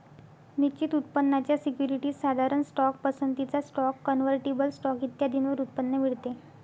निश्चित उत्पन्नाच्या सिक्युरिटीज, साधारण स्टॉक, पसंतीचा स्टॉक, कन्व्हर्टिबल स्टॉक इत्यादींवर उत्पन्न मिळते